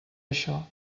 això